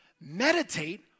Meditate